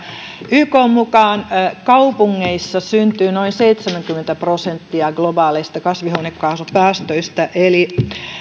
ykn mukaan kaupungeissa syntyy noin seitsemänkymmentä prosenttia globaaleista kasvihuonekaasupäästöistä eli